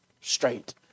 straight